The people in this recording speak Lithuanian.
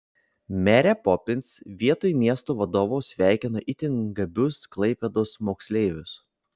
merė popins vietoj miesto vadovo sveikino itin gabius klaipėdos moksleivius